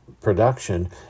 production